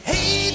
Hey